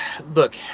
look